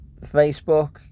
Facebook